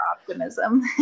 optimism